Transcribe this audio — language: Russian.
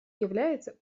является